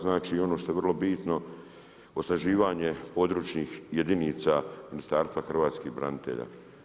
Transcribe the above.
Znači ono što je vrlo bitno, osnaživanje područnih jedinica Ministarstva hrvatskih branitelja.